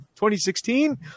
2016